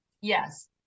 Yes